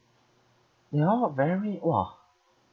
they all very !wah!